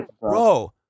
bro